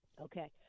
Okay